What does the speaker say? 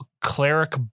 cleric